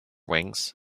wings